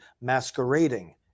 masquerading